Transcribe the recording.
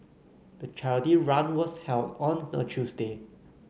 the charity run was held on a Tuesday